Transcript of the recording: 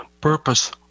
purpose